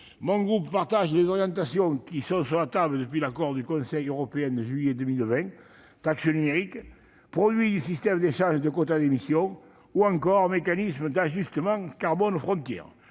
Mon groupe partage les orientations qui sont sur la table depuis l'accord du Conseil européen de juillet 2020 : taxe numérique, produit du système d'échange de quotas d'émission ou encore mécanisme d'ajustement carbone aux frontières.